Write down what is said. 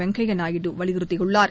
வெங்கையா நாயுடு வலியுறுத்தியுள்ளார்